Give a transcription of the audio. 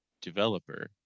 developer